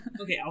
okay